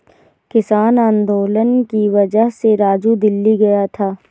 किसान आंदोलन की वजह से राजू दिल्ली गया था